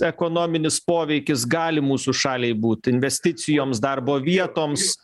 ekonominis poveikis gali mūsų šaliai būt investicijoms darbo vietoms